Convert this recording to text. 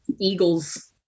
eagles